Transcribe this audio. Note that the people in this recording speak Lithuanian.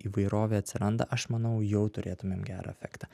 įvairovė atsiranda aš manau jau turėtumėm gerą efektą